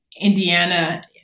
Indiana